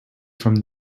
from